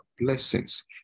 blessings